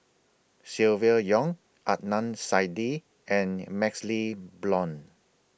Silvia Yong Adnan Saidi and MaxLe Blond